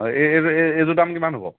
হয় এই এইযোৰ এই এইযোৰ দাম কিমান হ'ব